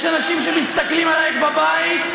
יש אנשים שמסתכלים עלייך בבית,